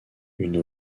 une